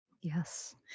Yes